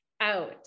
out